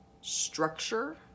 structure